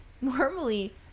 normally